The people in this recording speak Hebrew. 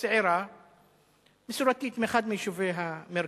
צעירה מסורתית מאחד מיישובי המרכז.